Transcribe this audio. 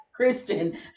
Christian